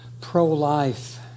pro-life